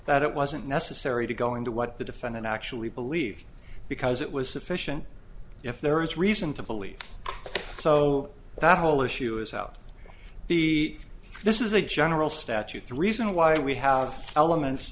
that it wasn't necessary to go into what the defendant actually believed because it was sufficient if there is reason to believe so that whole issue is out the this is a general statute the reason why we have elements